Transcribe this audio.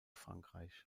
frankreich